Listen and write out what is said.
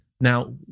Now